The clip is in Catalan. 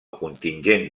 contingent